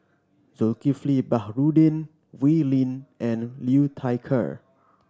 Zulkifli Baharudin Wee Lin and Liu Thai Ker